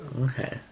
Okay